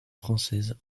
française